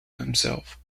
himself